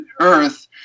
earth